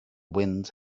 wind